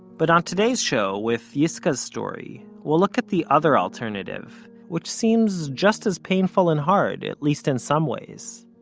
but on today's show, with yiscah's story, we'll look at the other alternative, which seems just as painful and hard, at least in some ways.